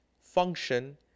function